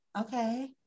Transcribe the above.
okay